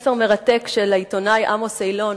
ספר מרתק של העיתונאי עמוס אילון,